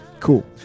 Cool